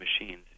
machines